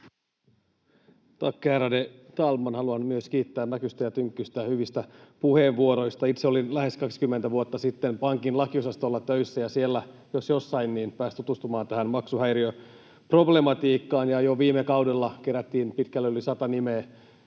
Tack, ärade talman! Haluan myös kiittää Mäkystä ja Tynkkystä hyvistä puheenvuoroista. Itse olin lähes 20 vuotta sitten pankin lakiosastolla töissä, ja siellä jos jossain pääsi tutustumaan tähän maksuhäiriöproblematiikkaan. Jo viime kaudella kerättiin pitkälle yli 100 nimeä